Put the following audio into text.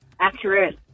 accurate